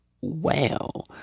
wow